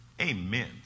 Amen